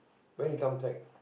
when he come track